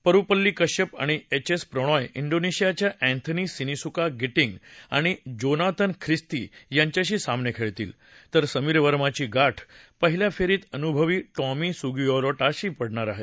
परुपल्ली कश्यप आणि H S Prannoy डीनेशियाच्या Anthony Sinisuka Ginting आणि जोनातन क्रिस्ती यांच्याशी सामने खेळतील तर समीर वर्माची गाठ पहिल्या फेरीत अनुभवी टॉमी सुगियारटीशी पडणार आहे